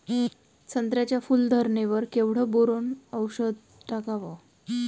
संत्र्याच्या फूल धरणे वर केवढं बोरोंन औषध टाकावं?